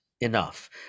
enough